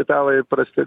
italai prasti